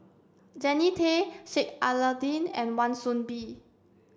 Jannie Tay Sheik Alau'ddin and Wan Soon Bee